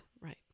Right